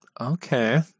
Okay